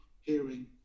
hearing